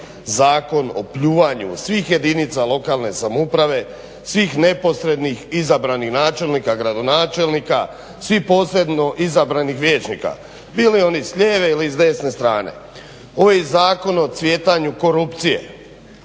zakon o pljuvanju svih jedinica lokalne samouprave, svih neposrednih izabranih načelnika, gradonačelnika, svih posredno izabranih vijećnika bili oni s lijeve ili s desne strane. Ovo je i zakon o cvjetanju korupcije.